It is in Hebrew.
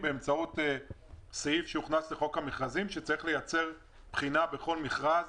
באמצעות סעיף שהוכנס לחוק המכרזים שצריך לייצר בחינה בכל מכרז